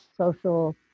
social